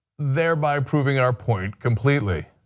thereby proving our point completely.